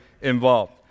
involved